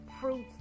fruits